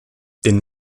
den